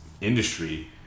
industry